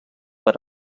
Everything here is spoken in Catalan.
per